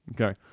Okay